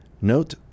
note